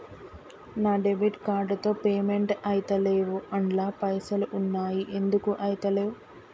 నా debit card తో payment ఐతలేవ్ అండ్ల పైసల్ ఉన్నయి ఎందుకు ఐతలేవ్?